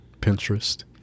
Pinterest